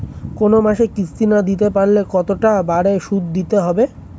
কোন মাসে কিস্তি না দিতে পারলে কতটা বাড়ে সুদ দিতে হবে?